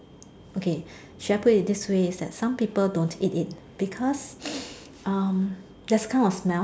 okay shall I put it this way is that some people don't eat it because um there's kind of smell